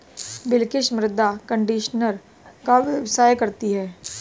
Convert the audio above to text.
बिलकिश मृदा कंडीशनर का व्यवसाय करती है